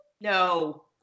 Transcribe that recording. No